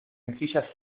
mejillas